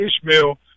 Ishmael